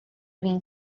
fin